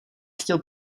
chtěl